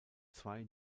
zwei